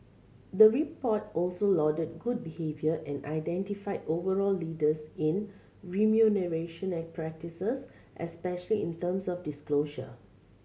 the report also lauded good behaviour and identified overall leaders in remuneration practices especially in terms of disclosure